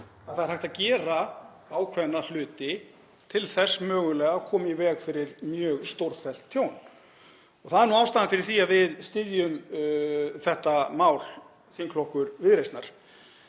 að það er hægt að gera ákveðna hluti til þess mögulega að koma í veg fyrir mjög stórfellt tjón. Það er nú ástæðan fyrir því að við styðjum þetta mál, þingflokkur Viðreisnar.